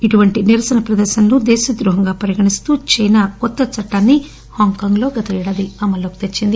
ఇటువంటి నిరసన ప్రదర్శనలను దేశ ద్రోహంగా పరిగణిస్తూ చైనా కొత్త చట్టాన్ని గత ఏడాది అమల్లోకి తెచ్చింది